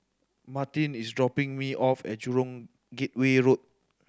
Martine is dropping me off at Jurong Gateway Road